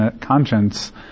conscience